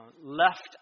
Left